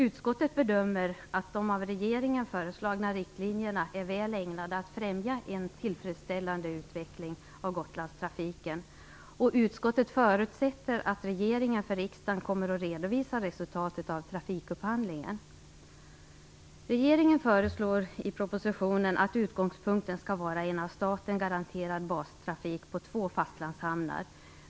Utskottet bedömer att de av regeringen föreslagna riktlinjerna är väl ägnade att främja en tillfredsställande utveckling av Gotlandstrafiken. Utskottet förutsätter att regeringen för riksdagen kommer att redovisa resultatet av trafikupphandlingen. Regeringen föreslår i propositionen att utgångspunkten skall vara en av staten garanterad bastrafik på två fastlandshamnar.